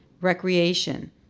recreation